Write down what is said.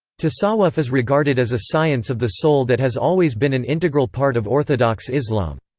tasawwuf is regarded as a science of the soul that has always been an integral part of orthodox islam.